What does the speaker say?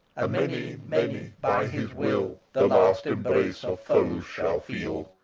many, many, by his will, the last embrace of foes shall feel,